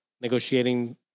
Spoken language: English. Negotiating